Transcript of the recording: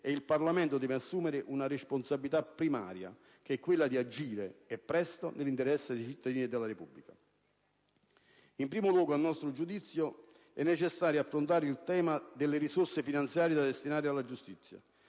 e il Parlamento deve assumere una responsabilità primaria che è quella di agire, e presto, nell'interesse dei cittadini e della Repubblica. In primo luogo, a nostro giudizio, è necessario affrontare il tema delle risorse finanziarie da destinare alla giustizia.